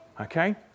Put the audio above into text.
Okay